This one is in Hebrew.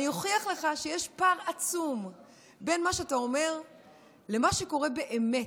אני אוכיח לך שיש פער עצום בין מה שאתה אומר למה שקורה באמת.